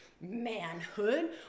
manhood